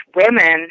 women